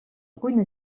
cuina